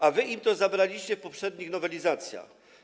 A wy im to zabraliście w poprzednich nowelizacjach.